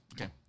okay